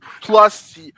plus